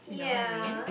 you know the mean